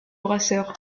brasseur